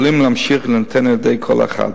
יכולים להמשיך ולהינתן על-ידי כל אחד.